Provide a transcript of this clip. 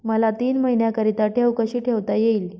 मला तीन महिन्याकरिता ठेव कशी ठेवता येईल?